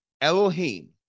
Elohim